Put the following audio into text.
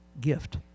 gift